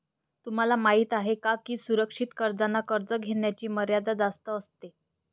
तुम्हाला माहिती आहे का की सुरक्षित कर्जांना कर्ज घेण्याची मर्यादा जास्त असते